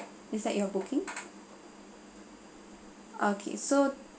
s that your booking okay so